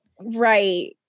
right